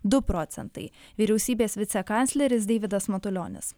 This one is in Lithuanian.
du procentai vyriausybės vicekancleris deividas matulionis